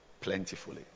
plentifully